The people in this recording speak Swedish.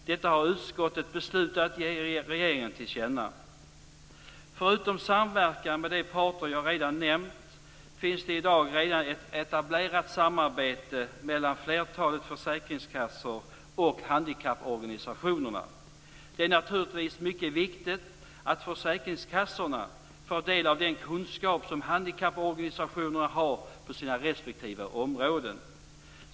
Detta har utskottet beslutat ge regeringen till känna. Förutom samverkan med de parter jag redan nämnt finns det i dag redan ett etablerat samarbete mellan flertalet försäkringskassor och handikapporganisationerna. Det är naturligtvis mycket viktigt att försäkringskassorna får del av den kunskap som handikapporganisationerna har på sina respektive områden.